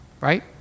Right